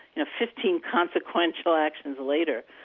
you know, fifteen consequential actions later,